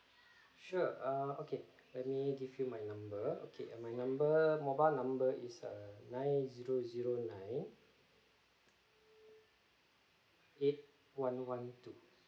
sure err okay let me give you my number okay uh my number mobile number is uh nine zero zero nine eight one one two